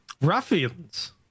Ruffians